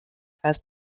fast